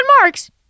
Marks